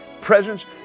presence